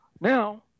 now